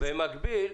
במקביל,